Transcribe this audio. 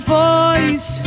voice